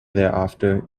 thereafter